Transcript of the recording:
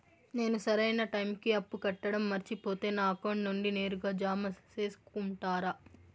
నేను సరైన టైముకి అప్పు కట్టడం మర్చిపోతే నా అకౌంట్ నుండి నేరుగా జామ సేసుకుంటారా?